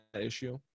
issue